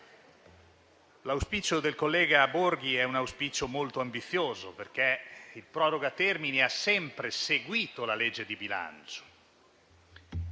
L'auspicio del collega Borghi è molto ambizioso, perché il proroga termini ha sempre seguito la legge di bilancio.